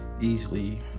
easily